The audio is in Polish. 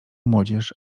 młodzież